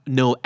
no